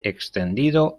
extendido